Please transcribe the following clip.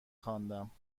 خواندم